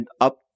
up